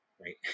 right